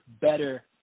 better